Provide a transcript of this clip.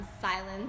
silence